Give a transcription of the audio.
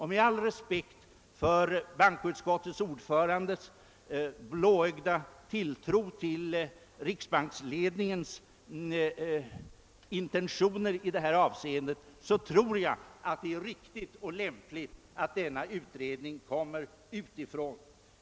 Med all respekt för bankoutskottets ordförandes blåögda tilltro till riksbanksledningens intentioner i det här avseendet anser jag det riktigt och lämpligt att denna utredning kommer utifrån.